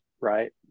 right